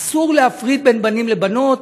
אסור להפריד בין בנים ובנות,